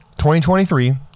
2023